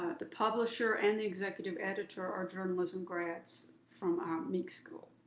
the publisher and the executive editor are journalism grads from our meek school.